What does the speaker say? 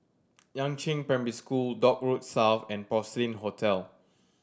Yangzheng Primary School Dock Road South and Porcelain Hotel